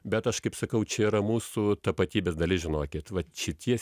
bet aš kaip sakau čia yra mūsų tapatybės dalis žinokit vat šitie